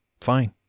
fine